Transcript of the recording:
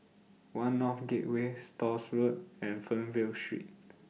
one North Gateway Stores Road and Fernvale Street